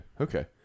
okay